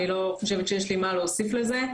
אני לא חושבת שיש לי מה להוסיף לזה,